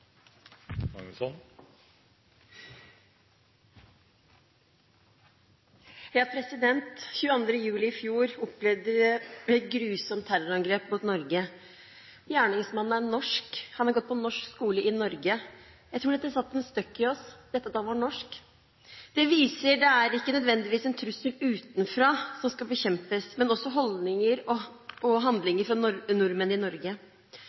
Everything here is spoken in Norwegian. denne sal. 22. juli i fjor opplevde vi et grusomt terrorangrep mot Norge. Gjerningsmannen er norsk, og han har gått på norsk skole i Norge. Dette at han er norsk, tror jeg satte en støkk i oss. Det viser at det ikke nødvendigvis er en trussel utenfra som skal bekjempes, men også holdninger og handlinger fra nordmenn i